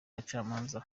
abacamanza